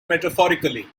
metaphorically